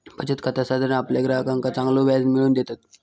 बचत खाता साधारण आपल्या ग्राहकांका चांगलो व्याज मिळवून देतत